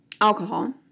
alcohol